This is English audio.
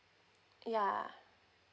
yeah